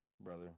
brother